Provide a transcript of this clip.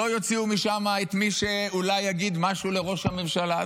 לא יוציאו משם את מי שאולי יגיד משהו לראש הממשלה,